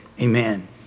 amen